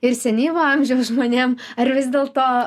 ir senyvo amžiaus žmonėm ar vis dėlto